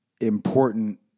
important